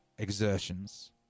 exertions